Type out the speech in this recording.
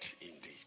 indeed